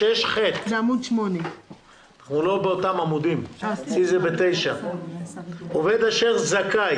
אני רואה שמשרד המשפטים רצה